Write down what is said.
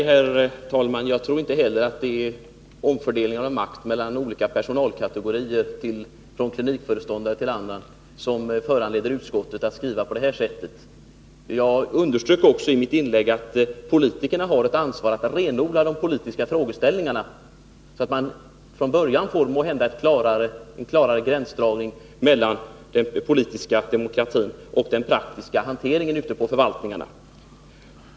Herr talman! Inte heller jag tror att det är en omfördelning av makt mellan olika personalkategorier — från en klinikföreståndare till ett samarbetsorgan — som föranlett utskottet att skriva på det sätt man gjort. Jag underströk också i mitt inlägg att politikerna har ett ansvar för att renodla de politiska frågeställningarna, så att man från början måhända får en klarare gränsdragning mellan den politiska demokratin och den praktiska hanteringen av MBL ute på förvaltningarna.